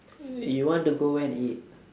you want to go where and eat